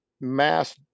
mass